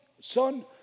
son